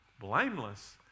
Blameless